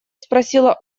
спросила